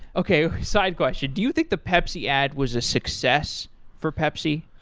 okay, side question. do you think the pepsi ad was a success for pepsi?